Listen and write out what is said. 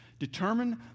Determine